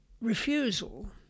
refusal